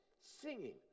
singing